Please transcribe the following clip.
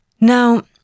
Now